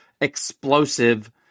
explosive